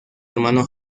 hermano